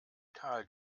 kahl